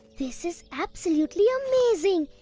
this is absolutely amazing!